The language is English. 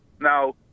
Now